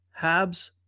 Habs